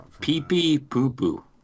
pee-pee-poo-poo